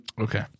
Okay